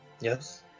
Yes